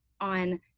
on